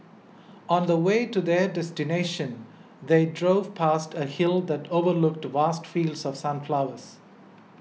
on the way to their destination they drove past a hill that overlooked vast fields of sunflowers